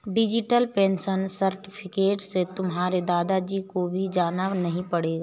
digital pension certificate से तुम्हारे दादा जी को भी जाना नहीं पड़ेगा